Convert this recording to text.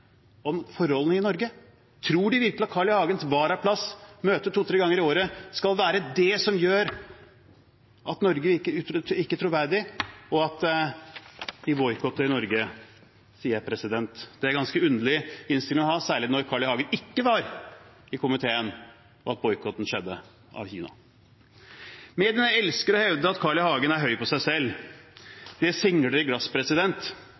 om forholdene i Norge? Tror de virkelig at Carl I. Hagens varaplass, med oppmøte to–tre ganger i året, skal være det som gjør at Norge virker ikke troverdig, og at de boikotter Norge? Det er en ganske underlig innstilling å ha, særlig når Carl I. Hagen ikke var i komiteen da boikotten fra Kina skjedde. Mediene elsker å hevde at Carl I. Hagen er høy på seg selv. Det singler i glass.